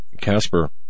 Casper